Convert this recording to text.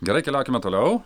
gerai keliaukime toliau